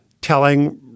telling